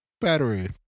battery